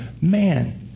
man